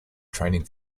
training